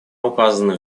указаны